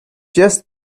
just